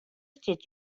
stiet